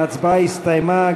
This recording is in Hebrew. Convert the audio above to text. ההצבעה הסתיימה.